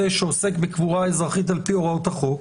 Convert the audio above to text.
שעוסק בקבורה אזרחית על-פי הוראות החוק,